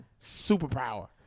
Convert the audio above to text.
superpower